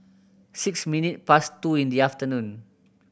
six minutes past two in the afternoon